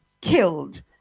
killed